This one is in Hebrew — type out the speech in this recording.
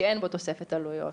שאין בו תוספת עלויות,